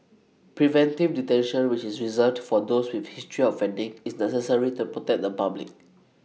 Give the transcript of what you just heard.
preventive detention which is reserved for those with history offending is necessary to protect the public